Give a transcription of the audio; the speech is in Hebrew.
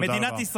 תודה רבה.